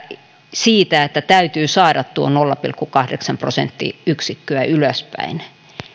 että täytyy saada tuo nolla pilkku kahdeksan prosenttiyksikköä ylöspäin